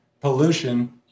pollution